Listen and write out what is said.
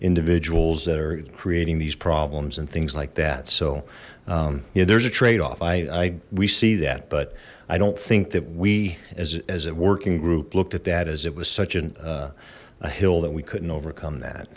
individuals that are creating these problems and things like that so yeah there's a trade off we see that but i don't think that we as a working group looked at that as it was such a hill that we couldn't overcome that